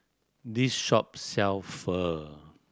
this shop sell Pho